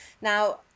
Now